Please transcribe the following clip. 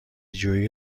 جویی